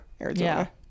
Arizona